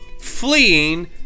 fleeing